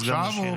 אז גם לשירי.